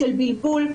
של בלבול,